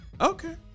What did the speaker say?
Okay